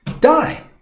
die